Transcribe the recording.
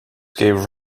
gave